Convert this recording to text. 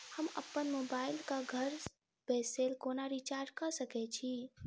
हम अप्पन मोबाइल कऽ घर बैसल कोना रिचार्ज कऽ सकय छी?